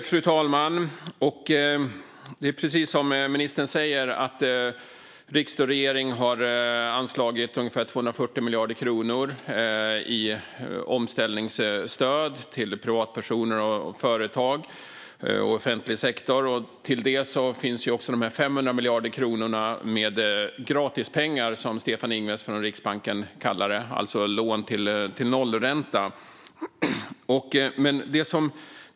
Fru talman! Det är precis som ministern säger; riksdag och regering har anslagit ungefär 240 miljarder kronor i omställningsstöd till privatpersoner, företag och offentlig sektor. Till det finns de 500 miljarder kronorna med gratis pengar, som Stefan Ingves från Riksbanken kallar det, alltså lån till nollränta.